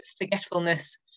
forgetfulness